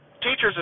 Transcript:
teachers